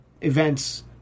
events